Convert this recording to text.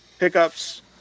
pickups